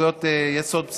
זכויות יסוד בסיסיות.